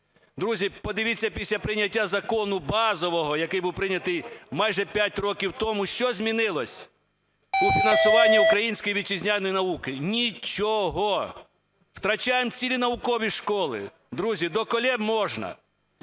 Друзі, подивіться, після прийняття закону базового, який був прийнятий майже п'ять років тому, що змінилось у фінансуванні української вітчизняної науки? Нічого. Втрачаємо цілі наукові школи. Друзі, доколе можна?